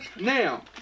now